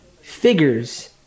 figures